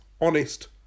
honest